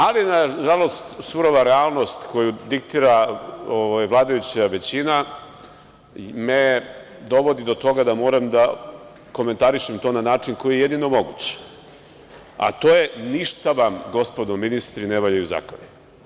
Ali, nažalost, surova realnost koju diktira vladajuća većina me dovodi do toga da moram da komentarišem to na način koji je jedino moguće, a to je – ništa vam, gospodo ministri, ne valjaju zakoni.